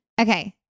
Okay